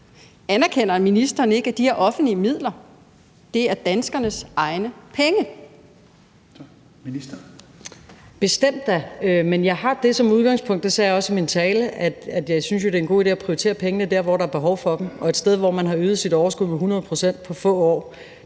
undervisningsministeren (Pernille Rosenkrantz-Theil): Bestemt da, men jeg har det som udgangspunkt, og det sagde jeg også i min tale, at jeg synes, det er en god idé at prioritere pengene der, hvor der er behov for dem. Og et sted, hvor man har øget sit overskud med 100 pct. på få år,